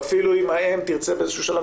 ואפילו אם האם תרצה באיזה שהוא שלב,